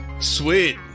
Sweet